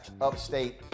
Upstate